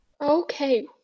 Okay